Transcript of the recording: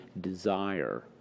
desire